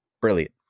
Brilliant